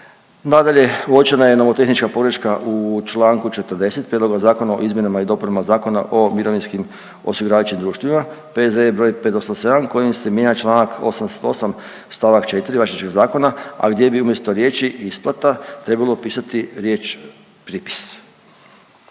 Nadalje, uočena je nomotehnička pogreška u čl. 40. Prijedloga zakona o Izmjenama i dopunama Zakona o mirovinskim osiguravajućim društvima, P.Z. br. 587. kojim se mijenja čl. 88. st. 4. važećeg zakona, a gdje bi umjesto riječi isplata, trebalo pisati riječ pripis.